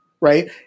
right